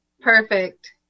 Perfect